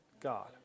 God